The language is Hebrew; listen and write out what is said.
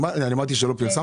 אני אמרתי שלא פרסמתם?